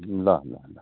ल ल ल